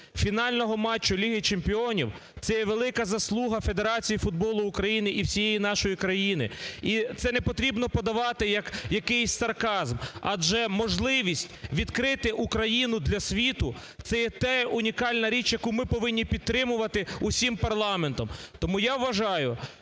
фінального матчу Ліги чемпіонів, це є велика заслуга Федерації футболу України і всієї нашої країни. І це не потрібно подавати як якийсь сарказм, адже можливість відкрити Україну для світу це є та унікальна річь, яку ми повинні підтримувати усім парламентом. Тому я вважаю,